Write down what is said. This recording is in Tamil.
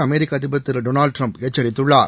அமெரிக்க அதிபர் திரு டொனால்டு டிரம்ப் எச்சரித்துள்ளார்